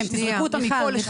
תטרטרו אותם מפה לשם.